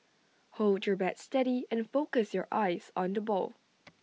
hold your bat steady and focus your eyes on the ball